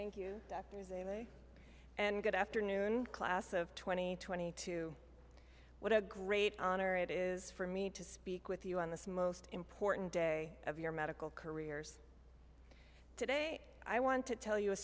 thank you thank you and good afternoon class of twenty twenty two what a great honor it is for me to speak with you on this most important day of your medical careers today i want to tell you a